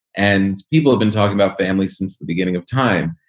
and people have been talking about family since the beginning of time.